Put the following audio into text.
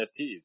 NFTs